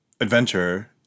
adventure